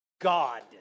God